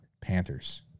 Panthers